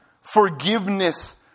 forgiveness